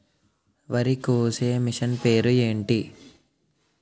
వరి కోసే మిషన్ పేరు ఏంటి